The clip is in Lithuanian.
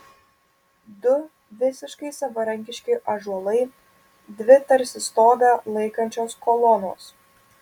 du visiškai savarankiški ąžuolai dvi tarsi stogą laikančios kolonos